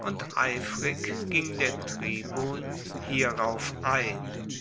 und eifrig ging der tribun hierauf ein